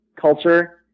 culture